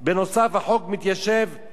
עם האמנה בדבר זכויות הילד